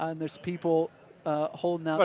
um there's people holding but